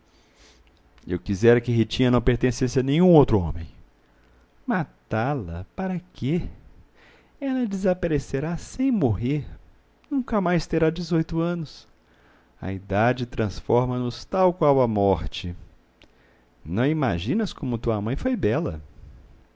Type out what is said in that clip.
eu quisera que ritinha não pertencesse a nenhum outro homem matá-la para quê ela desaparecerá sem morrer nunca mais terá dezoito anos a idade transforma nos tal qual a morte não imaginas como tua mãe foi bela